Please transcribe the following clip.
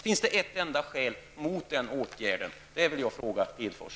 Finns det ett enda skäl mot den åtgärden, Lars Hedfors?